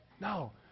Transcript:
No